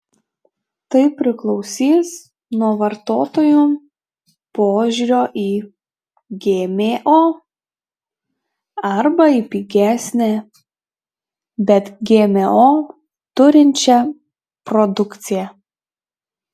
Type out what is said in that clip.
tai priklausys nuo vartotojų požiūrio į gmo arba į pigesnę bet gmo turinčią produkciją